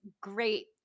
great